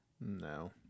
No